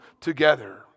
together